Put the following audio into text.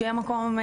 שיהיה מקום,